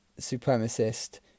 supremacist